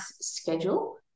schedule